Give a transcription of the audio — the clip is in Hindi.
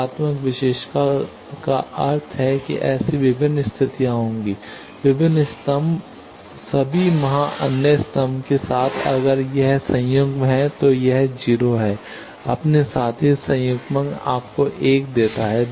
एकात्मक विशेषता का अर्थ है ऐसी विभिन्न स्थितियाँ होंगी विभिन्न स्तंभ सभी वहाँ अन्य स्तंभ के साथ अगर यह संयुग्म है तो यह 0 है अपने साथ साथ ही संयुग्मन आपको 1 देता है